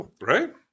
right